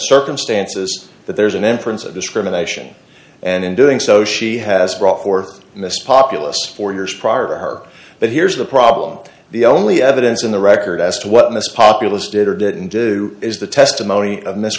circumstances that there's an inference of discrimination and in doing so she has brought forth mr populist four years prior but here's the problem the only evidence in the record as to what most populous did or didn't do is the testimony of miss